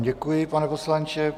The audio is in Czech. Děkuji, pane poslanče.